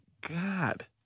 God